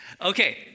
Okay